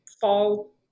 fall